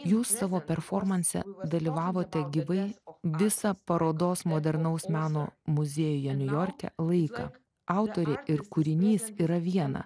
jūs savo performanse dalyvavote gyvai visą parodos modernaus meno muziejuje niujorke laiką autorė ir kūrinys yra viena